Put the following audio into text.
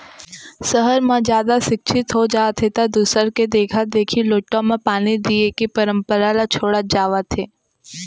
सहर म जादा सिक्छित हो जाथें त दूसर के देखा देखी लोटा म पानी दिये के परंपरा ल छोड़त जावत हें